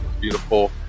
beautiful